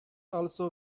also